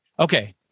Okay